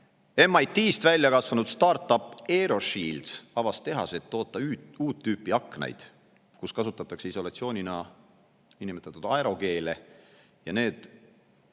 MIT‑st välja kasvanudstart-upAeroShield avas tehased, et toota uut tüüpi aknaid, kus kasutatakse isolatsioonina niinimetatud aerogeele. Need